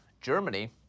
Germany